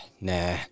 nah